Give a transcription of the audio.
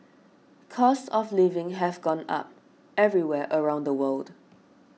costs of living have gone up everywhere around the world